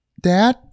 Dad